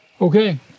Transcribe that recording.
Okay